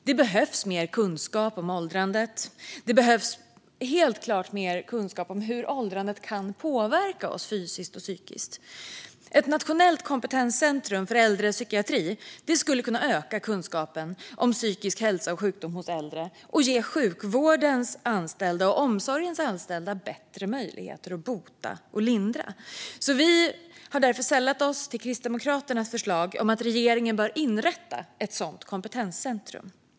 Det behövs mer kunskap om åldrandet och helt klart om hur åldrandet kan påverka oss fysiskt och psykiskt. Ett nationellt kompetenscentrum för äldrepsykiatri skulle kunna öka kunskapen om psykisk hälsa och sjukdom hos äldre och ge sjukvårdens och omsorgens anställda bättre möjligheter att bota och lindra. Vi har därför sällat oss till Kristdemokraternas förslag att regeringen ska inrätta ett sådant kompetenscentrum.